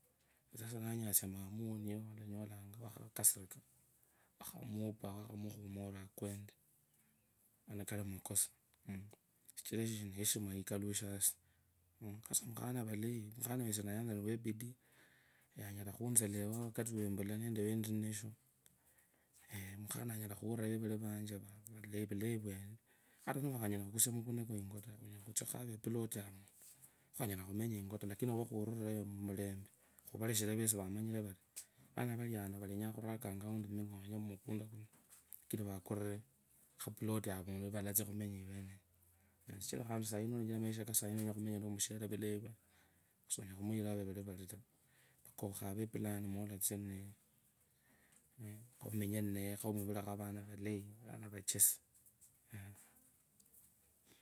Sasa nanyasia mama wawo, niwowolanyolanga wakhakasiwa wakhamupaa ori akwendee mani kali makusa kachira heshima ikalushe yosi. Mukhana wanayanza niwebidi, niye anyala khutselewa wakati wompula nomba nerininashu mukhana unyala khuurira vevuri vanje vulayi vwene, ata nikhunyala khukusia mukunda kwa yingo taa, khunyala khutsa khukha eplot avundu, lakini khuvalashire mumulembe vamanyire vari, vana vano yaria. Khane khurakanga ming’onye lakini vakurure plot valatsi khumenya iweneyo lakini khandi maisha kasai sunyala khumuyira wavevuli vali taa, mpaka ukhavee plan khumanye ninaye khomwivulekho avana vulayi avachesiii.